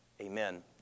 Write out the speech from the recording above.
Amen